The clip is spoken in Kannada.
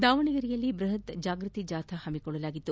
ದಾವಣಗೆರೆಯಲ್ಲಿ ಬೃಹತ್ ಜಾಗೃತಿ ಜಾಥಾ ಹಮ್ಮಿಕೊಳ್ಳಲಾಗಿತ್ತು